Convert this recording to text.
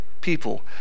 people